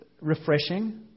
refreshing